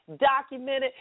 documented